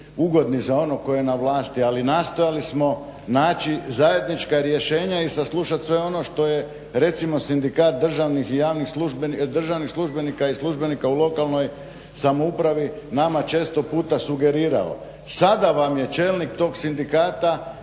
ugodni za onog tko je na vlasti, ali nastojali smo naći zajednička rješenja i saslušati sve ono što je recimo Sindikat državnih službenika i službenika u lokalnoj samoupravi nama često puta sugerirao. Sada vam je čelnik tog sindikata